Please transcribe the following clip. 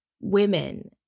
women